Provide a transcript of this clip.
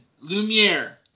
Lumiere